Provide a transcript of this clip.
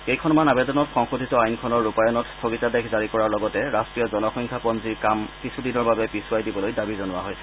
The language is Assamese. কেইখনমান আবেদনত সংশোধিত আইনখনৰ ৰূপায়ণত স্থগিতাদেশ জাৰি কৰাৰ লগতে ৰাষ্ট্ৰীয় জনসংখ্যাপঞ্জীৰ কাম কিছু দিনৰ বাবে পিছুৱাই দিবলৈ দাবী জনোৱা হৈছে